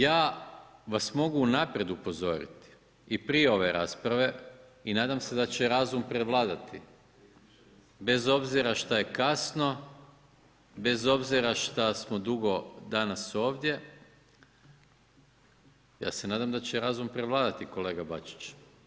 Ja vas mogu unaprijed upozoriti i prije ove rasprave i nadam se da će razum prevladati bez obzira šta je kasno, bez obzira štasmo dugo danas ovdje, ja se nadam da će razum prevladati, kolega Bačić.